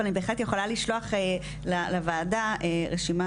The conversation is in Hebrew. אבל אני בהחלט יכולה לשלוח לוועדה רשימה